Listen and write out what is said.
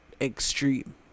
extreme